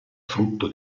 frutto